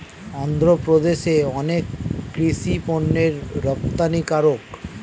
অন্ধ্রপ্রদেশ অনেক কৃষি পণ্যের রপ্তানিকারক